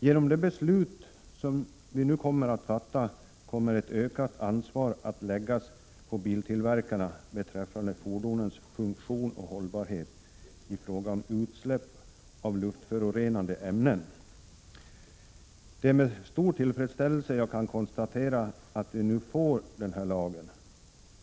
Genom detta beslut kommer ett ökat ansvar att läggas på biltillverkarna beträffande fordonens funktion och hållbarhet i fråga om utsläpp av luftförorenande ämnen. Det är med stor tillfredsställelse jag kan konstatera att vi nu får den här lagen.